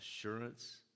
assurance